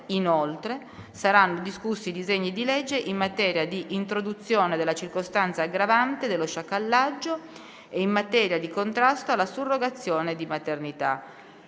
inoltre, saranno discussi i disegni di legge in materia di introduzione della circostanza aggravante dello sciacallaggio e in materia di contrasto alla surrogazione di maternità.